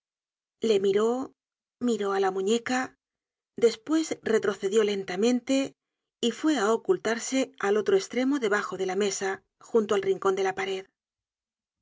le miró miró la muñeca despues retrocedió lentamente y fué ocultarse al otro estremo debajo de la mesa junto al rincon de la pared